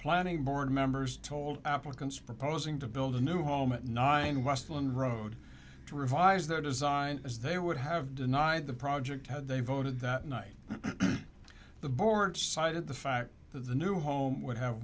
planning board members told applicants proposing to build a new home at nine westland road to revise their design as they would have denied the project had they voted that night the board cited the fact that the new home would have